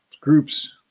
groups